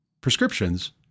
prescriptions